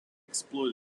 exploded